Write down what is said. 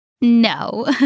No